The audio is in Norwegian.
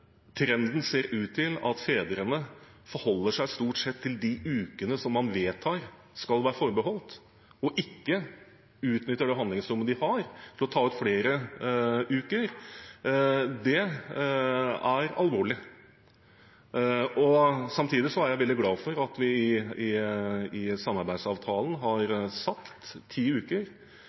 trenden er at fedrene stort sett forholder seg til de ukene som man vedtar skal være forbeholdt dem, og ikke utnytter det handlingsrommet de har til å ta ut flere uker, er alvorlig. Samtidig er jeg veldig glad for at vi i samarbeidsavtalen har sagt ti uker.